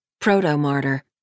Proto-martyr